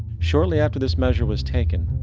shortly after this measure was taken,